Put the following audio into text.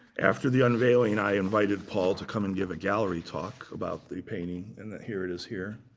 after the unveiling, i invited paul to come and give a gallery talk about the painting, and here it is here.